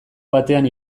batean